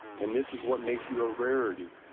and this is what makes you a rarity.